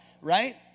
right